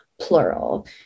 plural